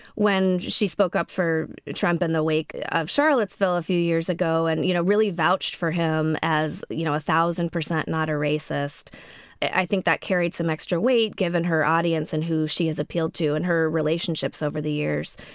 when she spoke up for trump in and the wake of charlottesville a few years ago and you know really vouched for him as you know one ah thousand percent not a racist i think that carried some extra weight given her audience and who she is appeal to and her relationships over the years.